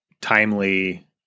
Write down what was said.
timely